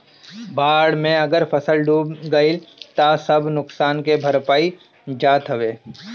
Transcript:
बाढ़ में अगर फसल डूब गइल तअ सब नुकसान के भरपाई हो जात हवे